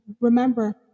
Remember